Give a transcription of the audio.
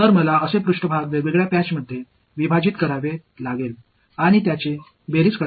எனவே நான் இது போன்ற மேற்பரப்பை பல்வேறு திட்டுகளாக உடைத்து அதை கூட்ட வேண்டும்